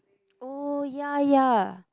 oh ya ya